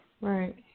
Right